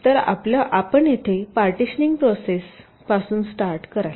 तर आपण येथे पार्टीशनिंग प्रोसेस पासून स्टार्ट कराल